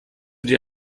dir